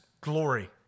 glory